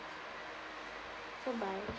goodbye